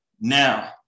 Now